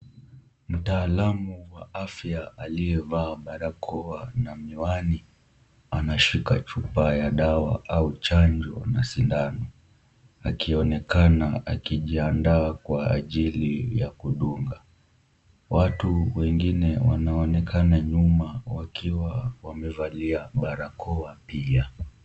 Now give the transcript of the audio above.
Mtaalamu wa afya aliyevaa barakoa na miwani anashika chupa ya dawa au chanjo na sindano akionekana akijiandaa kwa ajili ya kudunga . Watu wengine wanaonekana nyuma wakiwa wamevalia barakoa pia.